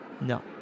no